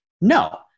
No